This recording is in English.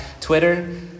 Twitter